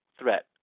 threat